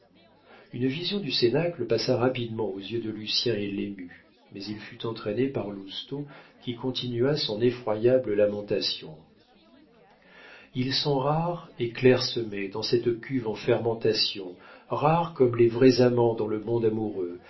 une vision du cénacle passa rapidement aux yeux de lucien et l'émut mais il fut entraîné par lousteau qui continua son effroyable lamentation ils sont rares et clair-semés dans cette cuve en fermentation rares comme les vrais amants dans le monde amoureux